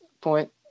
point